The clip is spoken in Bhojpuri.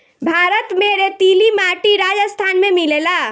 भारत में रेतीली माटी राजस्थान में मिलेला